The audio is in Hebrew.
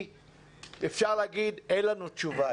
אפשר להגיד אין לנו תשובה,